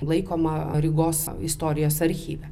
laikoma rygos istorijos archyve